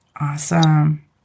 Awesome